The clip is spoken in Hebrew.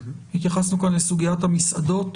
התייחסנו כאן לסוגיית המסעדות